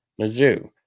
Mizzou